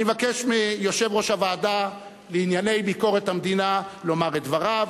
אני מבקש מיושב-ראש הוועדה לענייני ביקורת המדינה לומר את דבריו,